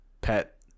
pet